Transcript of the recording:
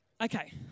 Okay